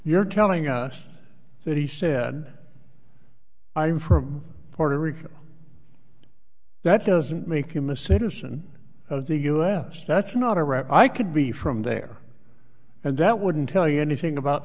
you're telling us that he said i'm from puerto rico that doesn't make him a citizen of the u s that's not a right i could be from there and that wouldn't tell you anything about